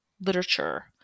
literature